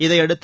இதனையடுத்து